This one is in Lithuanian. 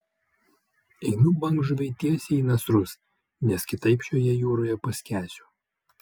einu bangžuvei tiesiai į nasrus nes kitaip šioje jūroje paskęsiu